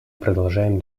продолжаем